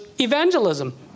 evangelism